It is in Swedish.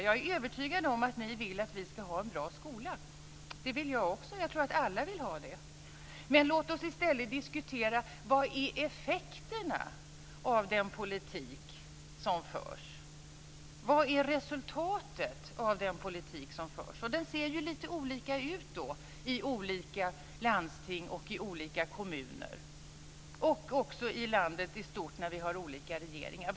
Jag är övertygad om att ni vill att vi ska ha en bra skola. Det vill jag också. Jag tror att alla vill ha det. Låt oss i stället diskutera effekterna av den politik som förs. Vad är resultatet av den politik som förs? Det ser lite olika ut i olika landsting och i olika kommuner och också i landet i stort eftersom vi har olika regeringar.